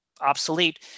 obsolete